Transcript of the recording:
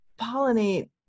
pollinate